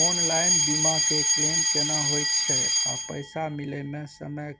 online बीमा के claim केना होय छै आ पैसा मिले म समय